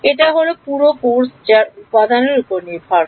এটা হল পুরো কোর্স যা উপাদান এর উপর নির্ভর করে